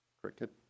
Cricket